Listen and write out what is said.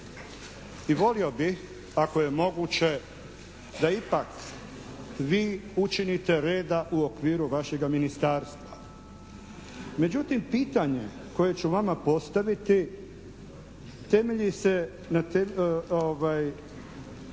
i volio bih ako je moguće da ipak vi učinite reda u okviru vašega ministarstva. Međutim, pitanje koje ću vama postaviti temelji se, gledao